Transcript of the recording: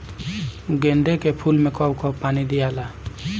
गेंदे के फूल मे कब कब पानी दियाला?